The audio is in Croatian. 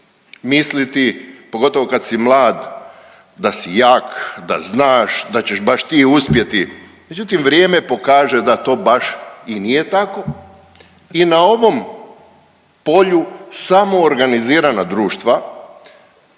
misliti, pogotovo kad si mlad da si jak, da znaš, da ćeš baš ti uspjeti, međutim vrijeme pokaže da to baš i nije tako. I na ovom polju samo organizirana društva